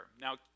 Now